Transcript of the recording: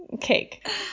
cake